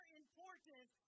important